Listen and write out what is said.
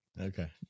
Okay